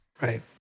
Right